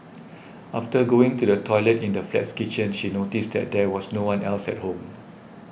after going to the toilet in the flat's kitchen she noticed that there was no one else at home